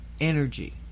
energy